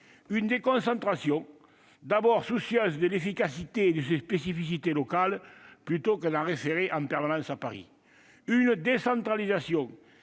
une déconcentration d'abord soucieuse de l'efficacité et des spécificités locales- plutôt que d'en référer en permanence à Paris -, une décentralisation